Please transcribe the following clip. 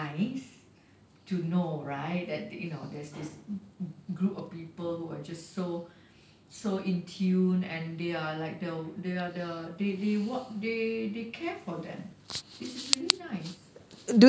nice to know right that you know there's this group of people who are just so so in tuned and they are like the the they are the they they walk they care for them it's really nice